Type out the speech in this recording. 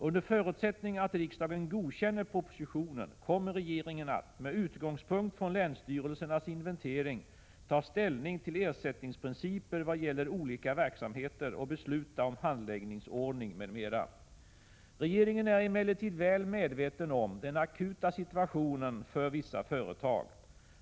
Under förutsättning att riksdagen godkänner propositionen kommer regeringen att, med utgångspunkt från länsstyrelsernas inventering, ta ställning till ersättningsprinciper vad gäller olika verksamheter och besluta om handläggningsordning m.m. Regeringen är emellertid väl medveten om den akuta situationen för vissa företag.